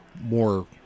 more